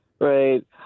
Right